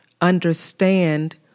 understand